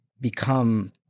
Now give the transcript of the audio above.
become